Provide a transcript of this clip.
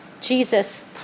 Jesus